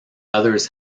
others